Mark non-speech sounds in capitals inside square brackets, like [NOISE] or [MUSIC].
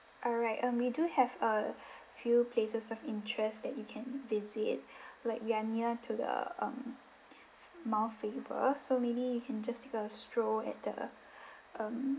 alright um we do have a [BREATH] few places of interest that you can visit [BREATH] like we are near to the um mount faber so maybe you can just take a stroll at the [BREATH] um